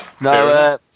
No